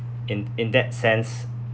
in in that sense